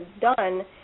done